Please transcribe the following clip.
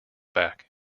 back